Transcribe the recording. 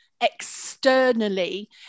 externally